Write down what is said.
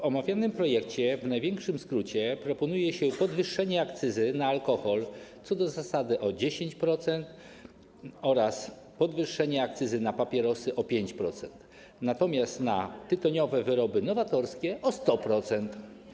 W omawianym projekcie w największym skrócie proponuje się podwyższenie akcyzy na alkohol co do zasady o 10%, podwyższenie akcyzy na papierosy o 5%, natomiast na tytoniowe wyroby nowatorskie - o 100%.